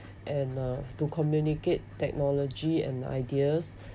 and uh to communicate technology and ideas